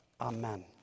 amen